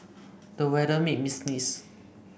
the weather made me sneeze